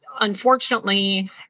unfortunately